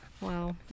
Wow